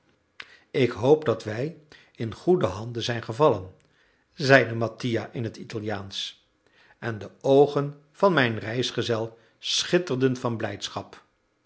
ik hoop dat wij in goede handen zijn gevallen zeide mattia in het italiaansch en de oogen van mijn reisgezel schitterden van blijdschap